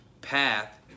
path